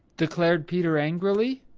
declared peter angrily.